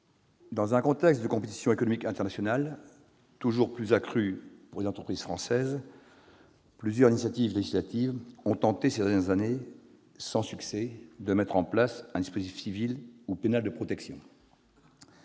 dans un contexte de compétition économique internationale toujours plus accrue pour les entreprises françaises, plusieurs initiatives législatives ont tenté, ces dernières années, de mettre en place, sans succès, un dispositif civil ou pénal de protection.